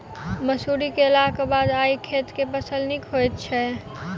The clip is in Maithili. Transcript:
मसूरी केलाक बाद ओई खेत मे केँ फसल नीक होइत छै?